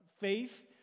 faith